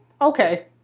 Okay